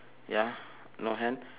ya no hand